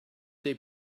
they